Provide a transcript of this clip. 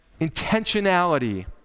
intentionality